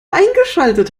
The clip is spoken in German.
eingeschaltet